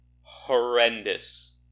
horrendous